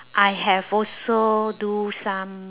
I have also do some